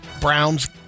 Browns